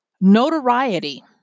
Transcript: notoriety